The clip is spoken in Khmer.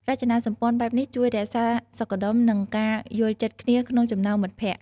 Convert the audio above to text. រចនាសម្ព័ន្ធបែបនេះជួយរក្សាសុខដុម និងការយល់ចិត្តគ្នាក្នុងចំណោមមិត្តភក្ដិ។